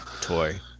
toy